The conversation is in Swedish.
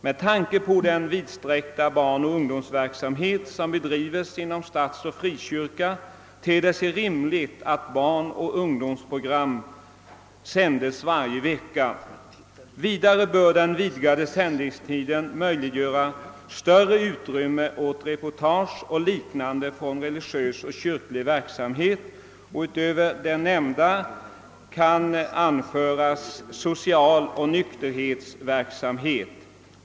Med tanke på den vidsträckta barnoch ungdomsverksamhet som bedrives inom statsoch frikyrka ter det sig rimligt att barnoch ungdomsprogram sändes varje vecka. Vidare bör den vidgade sändningstiden möjliggöra större utrymme åt reportage och liknande från religiös och kyrklig verksamhet, och utöver det nämnda kan anföras socialoch nykterhetsverksamhet.